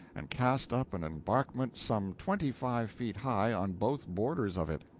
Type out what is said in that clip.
and cast up an embankment some twenty-five feet high on both borders of it.